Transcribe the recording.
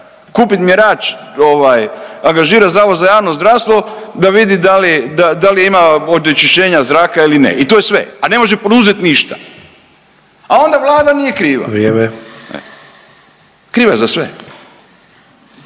kupit mjerač ovaj angažirat zavod za javno zdravstvo da vidi da li, da li ima onečišćenja zraka ili ne i to je sve, a ne može poduzeti ništa, a onda Vlada nije kriva. …/Upadica: